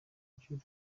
djuma